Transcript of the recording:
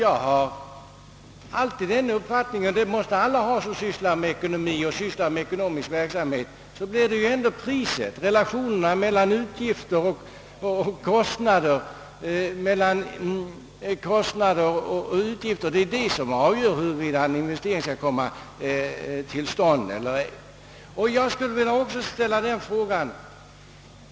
Jag har alltid haft den uppfattningen — det måste alla ha som sysslar med ekonomi och ekonomisk verksamhet — att det ändå är priset, relationerna mellan kostnaderna för och nyttan av ett projekt, som avgör huruvida en investering skall komma till stånd eller ej. Jag skulle också vilja ta upp en annan fråga.